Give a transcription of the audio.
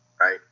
right